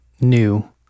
new